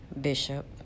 Bishop